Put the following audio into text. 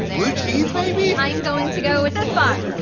blue cheese, maybe? i am going to go with this box.